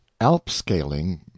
Alpscaling